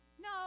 No